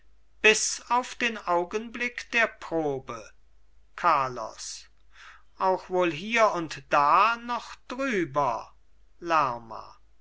bis auf den augenblick der probe carlos auch wohl hier und da noch drüber lerma